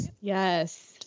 Yes